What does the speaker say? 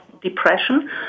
depression